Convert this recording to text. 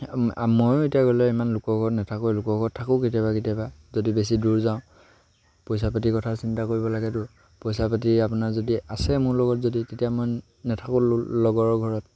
ময়ো এতিয়া গ'লে ইমান লোকৰ ঘৰত নাথাকোঁ লোকৰ ঘৰত থাকোঁ কেতিয়াবা কেতিয়াবা যদি বেছি দূৰ যাওঁ পইচা পাতিৰ কথা চিন্তা কৰিব লাগেটো পইচা পাতি আপোনাৰ যদি আছে মোৰ লগত যদি তেতিয়া মই নাথাকোঁ লগৰৰ ঘৰত